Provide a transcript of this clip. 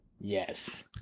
Yes